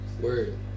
word